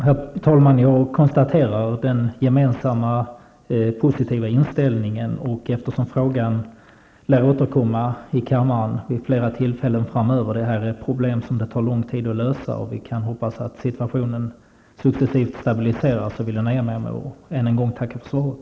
Herr talman! Jag konstaterar den gemensamma positiva inställningen, och eftersom frågan lär återkomma i kammaren vid flera tillfällen framöver -- det gäller problem som det tar lång tid att lösa, och vi kan hoppas att situationen successivt stabiliseras -- nöjer jag mig med att än en gång tacka för svaret.